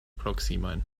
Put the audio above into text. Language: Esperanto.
proksimajn